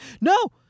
no